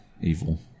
evil